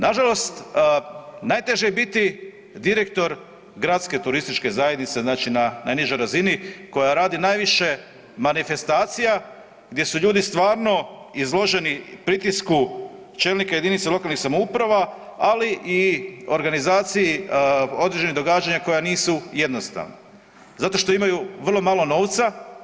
Nažalost najteže je biti direktor gradske turističke zajednice na najnižoj razini koja radi najviše manifestacija gdje su ljudi stvarno izloženi pritisku čelnika jedinica lokalne samouprave, ali i organizaciji određenih događanja koja nisu jednostavna zato što imaju vrlo malo novca.